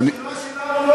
אבל השאלה שלנו לא